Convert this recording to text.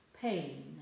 pain